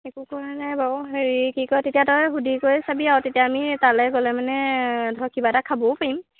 একো কৰা নাই বাৰু হেৰি কি কয় তেতিয়া তই সুধি কৰি চাবি আৰু তেতিয়া আমি তালৈ গ'লে মানে ধৰ কিবা এটা খাবও পাৰিম